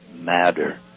matter